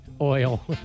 oil